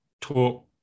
talk